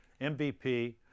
MVP